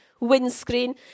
windscreen